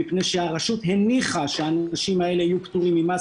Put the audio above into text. מפני שהרשות הניחה שאנשים האלה יהיו פטורים ממס,